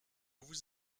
vous